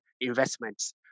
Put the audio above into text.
investments